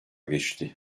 geçti